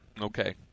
Okay